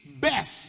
best